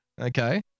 Okay